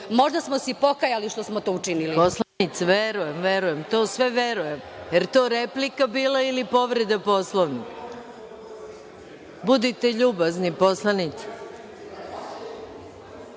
Možda smo se i pokajali što smo to učinili. **Maja Gojković** Poslanice, verujem, verujem to sve verujem. Jel to replika bila ili povreda Poslovnika? Budite ljubazni poslanice.